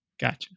Gotcha